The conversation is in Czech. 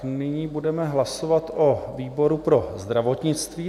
Nyní budeme hlasovat o výboru pro zdravotnictví.